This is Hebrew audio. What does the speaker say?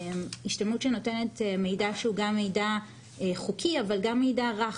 השתלמות שנותנת מידע שהוא גם מידע חוקי אבל גם מידע רך,